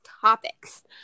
topics